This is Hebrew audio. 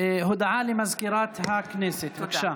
הודעה למזכירת הכנסת, בבקשה.